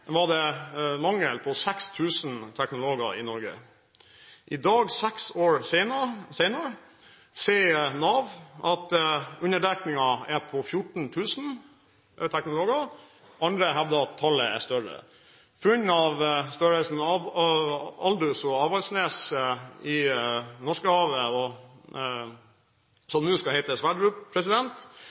var det mangel på 6 000 teknologer i Norge. I dag, seks år senere, sier Nav at underdekningen er på 14 000 teknologer. Andre hevder at tallet er større. Funn av størrelsen Aldous/Avaldsnes – som nå skal hete Sverdrup-feltet – i Norskehavet og